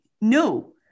No